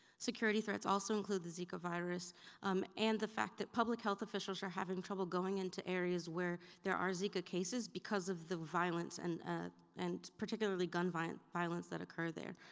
security threats also include the zika virus um and the fact that public health officials are having trouble going into areas where there are zika cases because of the violence and and particularly gun violence violence that occur there.